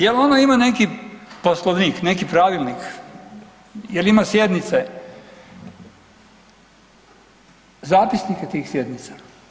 Jel ono ima neki poslovnik, neki pravilnik jel ima sjednice, zapisnike tih sjednica?